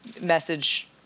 message